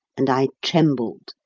and i trembled.